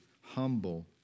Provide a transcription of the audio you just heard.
humble